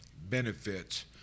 benefits